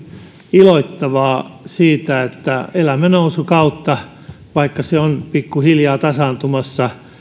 iloittavaa siitä että elämme nousukautta vaikka se on pikkuhiljaa tasaantumassa